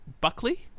Buckley